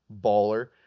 baller